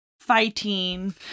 Fighting